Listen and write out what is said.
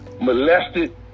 molested